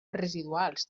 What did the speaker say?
residuals